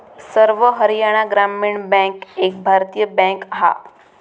सर्व हरयाणा ग्रामीण बॅन्क एक भारतीय बॅन्क हा